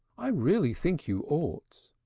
i really think you ought.